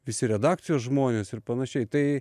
visi redakcijos žmonės ir panašiai tai